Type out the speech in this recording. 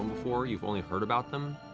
before, you've only heard about them.